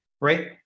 right